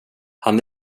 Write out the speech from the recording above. han